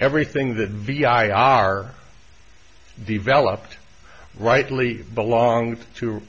everything that vi are developed rightly belong to